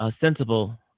sensible